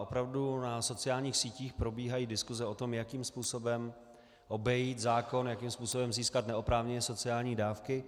Opravdu na sociálních sítích probíhají diskuse o tom, jakým způsobem obejít zákon, jakým způsobem získat neoprávněně sociální dávky.